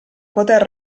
poter